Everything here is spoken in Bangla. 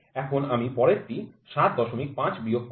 এখন আমি পরেরটি ৭৫ বিয়োগ করব